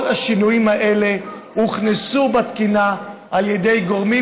כל השינויים האלה הוכנסו בתקינה על ידי גורמים